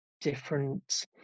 different